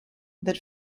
that